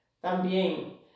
también